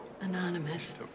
Anonymous